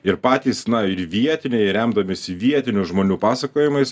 ir patys na ir vietiniai remdamiesi vietinių žmonių pasakojimais